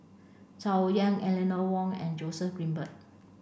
Tsung Yeh Eleanor Wong and Joseph Grimberg